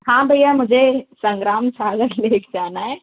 हाँ भैया मुझे संग्राम सागर लेक जाना है